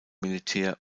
militär